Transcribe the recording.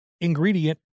ingredient